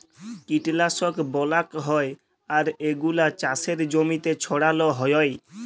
কীটলাশক ব্যলাক হ্যয় আর এগুলা চাসের জমিতে ছড়াল হ্য়য়